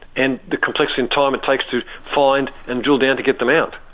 and the complexity in time it takes to find and drill down to get them out.